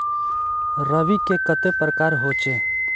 रवि के कते प्रकार होचे?